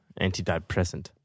antidepressant